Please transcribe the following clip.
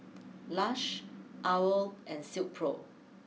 Lush Owl nd Silkpro